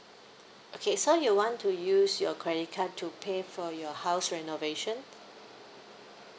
okay so you want to use your credit card to pay for your house renovation